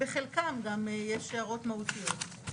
בחלקם גם יש הערות מהותיות.